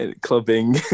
clubbing